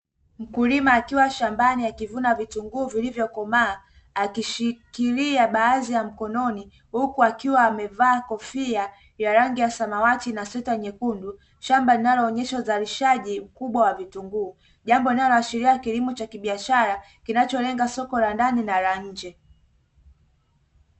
Mkulima akiwa shambani akivuna vitunguu vilivyokomaa, akishikilia baadhi ya mkononi huku akiwa amevaa kofia ya rangi ya samawati na sweta nyekundu, shamba linaloonyesha uzalishaji mkubwa wa vitunguu. Jambo linaloashiria kilimo cha kibiashara kinacholenga soko la ndani na la nje.